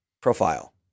profile